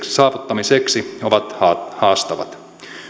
saavuttamiseksi ovat haastavat haastavat